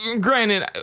Granted